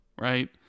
right